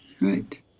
right